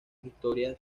historias